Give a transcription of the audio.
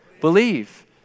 believe